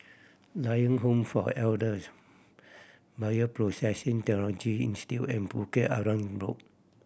Lion Home for Elders Bioprocessing Technology Institute and Bukit Arang Road